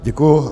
Děkuju.